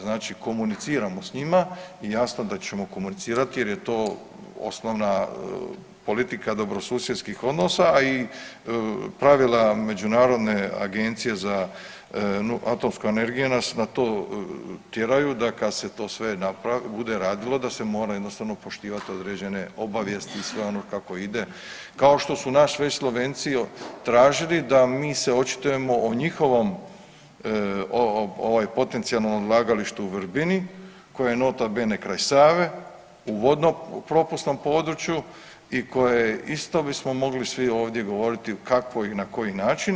Znači komuniciramo sa njima i jasno da ćemo komunicirati jer je to osnovna politika dobrosusjedskih odnosa a i pravila Međunarodne agencije za atomsku energiju nas na to tjeraju, da kad se to sve bude radilo da se jednostavno mora poštivati određene obavijesti i sve ono kako ide kao što su nas već Slovenci tražili da mi se očitujemo o njihovom potencijalnom odlagalištu u Vrbini koja je nota bene kraj Save u vodno propusnom području i koja je isto bismo svi ovdje mogli govoriti kako i na koji način.